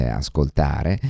ascoltare